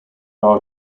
are